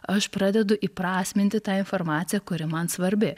aš pradedu įprasminti tą informaciją kuri man svarbi